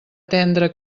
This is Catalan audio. tendra